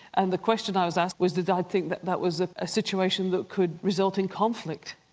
and the question i was asked was did i think that that was ah a situation that could result in conflict?